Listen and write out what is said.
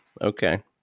Okay